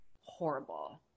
horrible